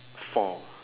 four